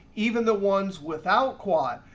even the ones without quad.